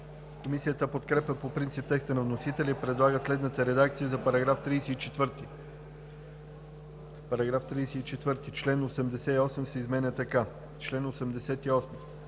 Комисията подкрепя по принцип текста на вносителя и предлага следната редакция за § 34: „§ 34. Член 88 се изменя така: „Чл. 88.